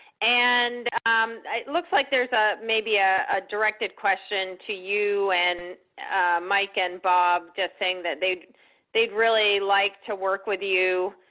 and it looks like there's ah maybe ah a directed question to you and mike and bob just saying that they'd they'd really like to work with you.